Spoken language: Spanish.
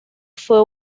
fue